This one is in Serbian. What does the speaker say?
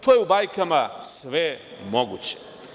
To je u bajkama sve moguće.